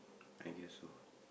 I guess so